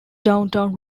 downtown